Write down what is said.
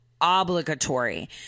obligatory